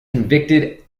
convicted